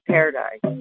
Paradise